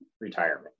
retirement